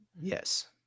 Yes